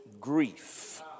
grief